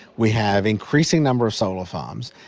we have increasing number of solar farms,